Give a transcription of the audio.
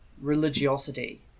religiosity